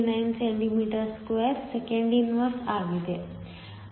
39 cm2 s 1 ಆಗಿದೆ